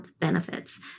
benefits